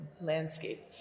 landscape